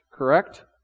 correct